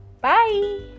Bye